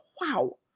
wow